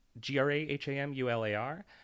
G-R-A-H-A-M-U-L-A-R